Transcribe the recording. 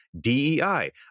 dei